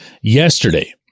yesterday